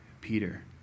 Peter